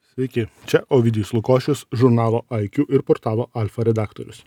sveiki čia ovidijus lukošius žurnalo iq ir portalo alfa redaktorius